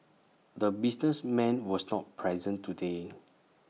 the businessman was not present today